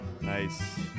Nice